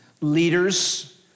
leaders